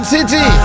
City